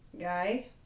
guy